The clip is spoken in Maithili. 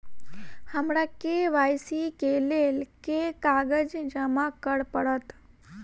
हमरा के.वाई.सी केँ लेल केँ कागज जमा करऽ पड़त?